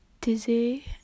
dizzy